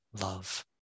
love